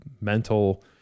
mental